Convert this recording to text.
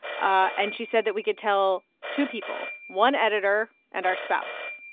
and she said that we could tell two people, one editor and our spouse,